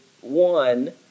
one